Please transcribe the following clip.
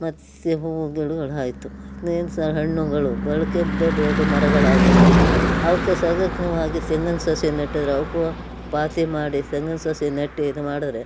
ಮತ್ತು ಹೂವು ಗಿಡಗಳಾಯಿತು ಇನ್ನೇನು ಸಹ ಹಣ್ಣುಗಳು ಬಳಕೆಗೆ ದೊಡ್ಡ ದೊಡ್ಡ ಮರಗಳಾಗುತ್ತವೆ ಅವುಕ್ಕೆ ಸಗಕ್ನವಾಗಿ ತೆಂಗಿನ ಸಸಿ ನೆಟ್ಟಿದ್ದರೆ ಅವಕ್ಕೂ ಪಾತಿ ಮಾಡಿ ತೆಂಗಿನ ಸಸಿ ನೆಟ್ಟಿ ಇದು ಮಾಡಿದರೆ